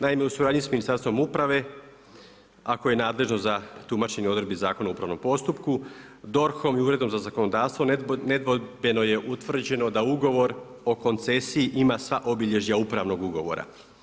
Naime, u suradnji sa Ministarstvom uprave, a koje je nadležno za tumačenje odredbi Zakona o upravnom postupku, DORH-om i Uredom za zakonodavstvo nedvojbeno je utvrđeno da ugovor o koncesiji ima sva obilježja upravnog ugovora.